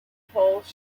polls